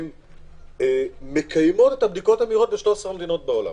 הן מקיימות את הבדיקות המהירות ב-13 מדינות בעולם,